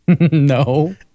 No